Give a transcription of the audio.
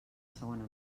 segona